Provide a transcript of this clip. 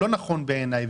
לא נכון בעיניי,